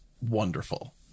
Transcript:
wonderful